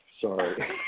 Sorry